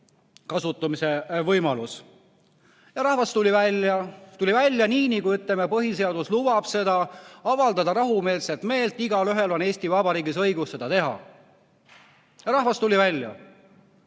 kasutamise võimalus. Rahvas tuli välja, tuli välja nii, nagu, ütleme, põhiseadus seda lubab, lubab avaldada rahumeelselt meelt, igaühel on Eesti Vabariigis õigus seda teha. Rahvas tuli välja,